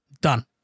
done